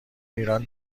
ایران